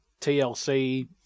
TLC